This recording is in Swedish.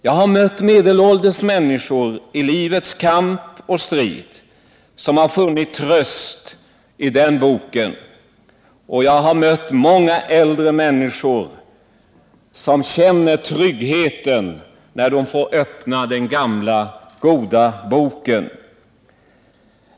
Jag har mött medelålders människor i livets kamp och strid som funnit tröst i den boken, och jag har mött många äldre människor som känner trygghet när de får öppna den gamla goda boken.